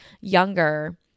younger